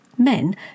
men